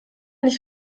nicht